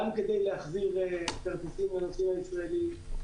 גם כדי להחזיר כרטיסים לנוסעים הישראלים,